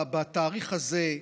בתאריך הזה,